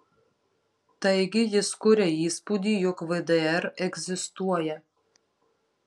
taigi jis kuria įspūdį jog vdr egzistuoja